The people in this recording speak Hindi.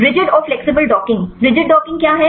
रिजिड और फ्लेक्सिबल डॉकिंग रिजिड डॉकिंग क्या है